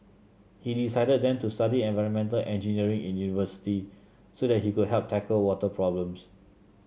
he decided then to study environmental engineering in university so that he could help tackle water problems